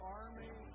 army